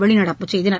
வெளிநடப்பு செய்தனர்